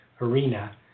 arena